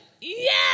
yes